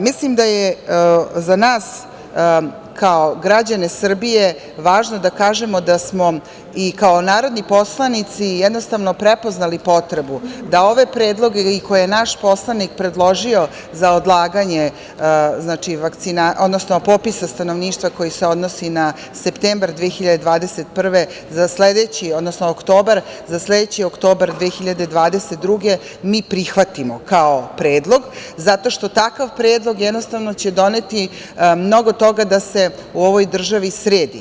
Mislim da je za nas kao građane Srbije važno da kažemo da smo i kao narodni poslanici jednostavno prepoznali potrebu da ove predloge koje je naš poslanik predložio za odlaganje popisa stanovništva koji se odnosi na septembar 2021. godine, za sledeći, odnosno oktobar 2022. godine mi prihvatimo kao predlog, zato što takav predlog će doneti mnogo toga da se u ovoj državi sredi.